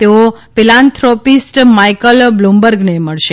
તેઓ philanthropist Michael બ્લૂમબર્ગને મળશે